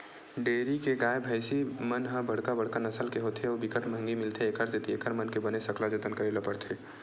dairy के गाय, भइसी मन ह बड़का बड़का नसल के होथे अउ बिकट महंगी मिलथे, एखर सेती एकर मन के बने सकला जतन करे ल परथे